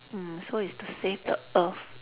mm so it's to save the earth